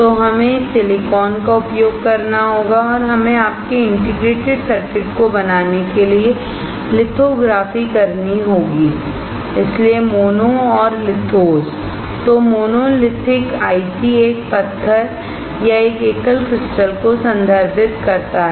तो हमें इस सिलिकॉन का उपयोग करना होगा और हमें आपके इंटीग्रेटेड सर्किट को बनाने के लिए लिथोग्राफीकरनी होगी इसीलिए मोनो और लिथोस तो मोनोलिथिक आईसी एक पत्थर या एक एकल क्रिस्टल को संदर्भित करता है